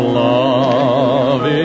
love